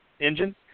engine